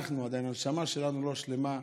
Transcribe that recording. אנחנו, הנשמה שלנו, עדיין לא שלמה.